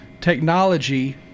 technology